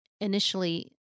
initially